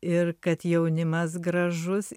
ir kad jaunimas gražus